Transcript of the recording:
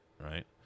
right